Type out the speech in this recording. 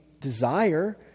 desire